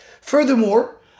Furthermore